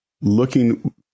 looking